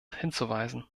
hinzuweisen